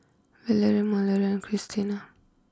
Valery Mallorie Christena